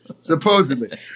supposedly